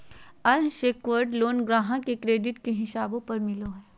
unsecured loan ग्राहक के credit के हिसाब पर मिलो हय